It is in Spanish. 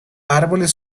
árboles